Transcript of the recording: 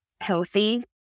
healthy